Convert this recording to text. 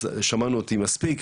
אז שמענו אותי מספיק,